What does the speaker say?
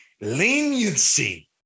leniency